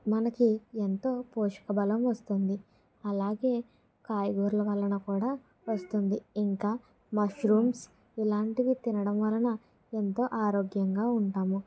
మనకి ఎంతో పోషక బలం వస్తుంది అలాగే కాయగూరల వలన కూడా వస్తుంది ఇంకా మష్రూమ్స్ ఇలాంటివి తినడం వలన ఎంతో ఆరోగ్యంగా ఉంటాము